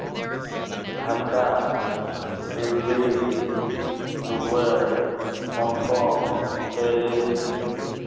Dhaka Delhi Dubai Hong Kong Paris